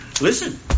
listen